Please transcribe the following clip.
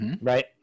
Right